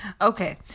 Okay